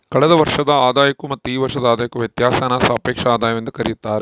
ಕಳೆದ ವರ್ಷದ ಆದಾಯಕ್ಕೂ ಮತ್ತು ಈ ವರ್ಷದ ಆದಾಯಕ್ಕೂ ವ್ಯತ್ಯಾಸಾನ ಸಾಪೇಕ್ಷ ಆದಾಯವೆಂದು ಕರೆಯುತ್ತಾರೆ